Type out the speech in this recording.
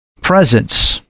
presence